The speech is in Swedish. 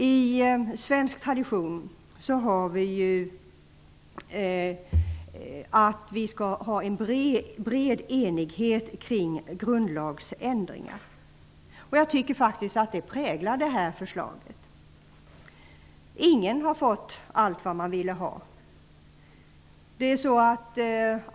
I svensk tradition ingår ju att vi skall ha en bred enighet kring grundlagsändringar. Jag tycker faktiskt att det präglar det här förslaget. Ingen har fått allt vad vederbörande ville ha.